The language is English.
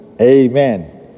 Amen